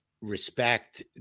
respect